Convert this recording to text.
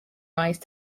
rise